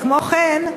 כמו כן,